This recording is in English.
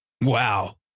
Wow